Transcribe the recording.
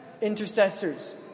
intercessors